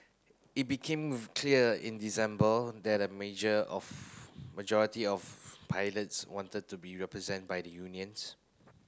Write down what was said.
it became clear in December that a major of majority of pilots wanted to be represent by the unions